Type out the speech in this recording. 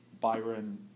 Byron